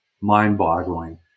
mind-boggling